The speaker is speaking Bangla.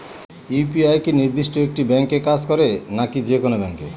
ইউ.পি.আই কি নির্দিষ্ট একটি ব্যাংকে কাজ করে নাকি যে কোনো ব্যাংকে?